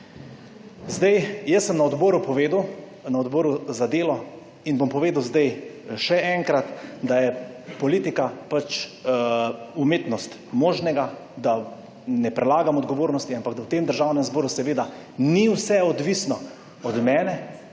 Zdaj, jaz sem na odboru povedal, na Odboru za delo, in bom povedal zdaj še enkrat, da je politika pač umetnost možnega, da ne prelagam odgovornosti, ampak da v tem Državnem zboru seveda ni vse odvisno od mene,